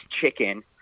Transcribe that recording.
chicken